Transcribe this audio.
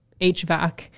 HVAC